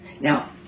Now